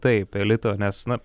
taip elito nes na